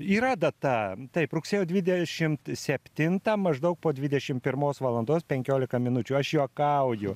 yra data taip rugsėjo dvidešimt septintą maždaug po dvidešimt pirmos valandos penkiolika minučių aš juokauju